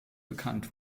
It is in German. bekannt